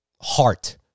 heart